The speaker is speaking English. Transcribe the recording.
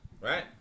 Right